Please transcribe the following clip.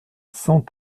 cent